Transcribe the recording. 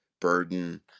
burden